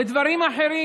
לדברים אחרים,